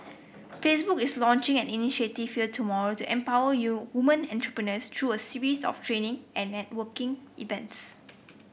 Facebook is launching an initiative here tomorrow to empower women entrepreneurs through a series of training and networking events